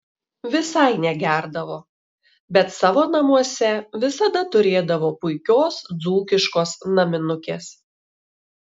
visai negerdavo bet savo namuose visada turėdavo puikios dzūkiškos naminukės